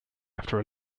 after